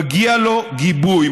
מגיע לו גיבוי,